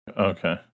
okay